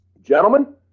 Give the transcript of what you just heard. Gentlemen